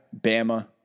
Bama